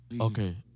Okay